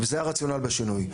וזה הרציונל בשינוי.